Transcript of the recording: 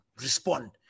respond